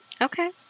Okay